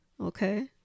Okay